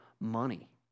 money